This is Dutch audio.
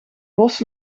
bos